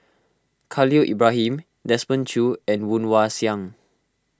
Khalil Ibrahim Desmond Choo and Woon Wah Siang